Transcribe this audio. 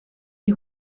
die